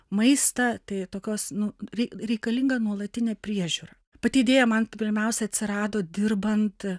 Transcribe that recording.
maistą tai tokios nu rei reikalinga nuolatinė priežiūra pati idėja man pirmiausia atsirado dirbant